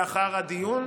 לאחר הדיון.